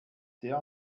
sehr